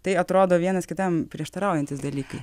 tai atrodo vienas kitam prieštaraujantys dalykai